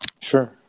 Sure